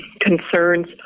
concerns